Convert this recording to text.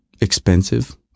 expensive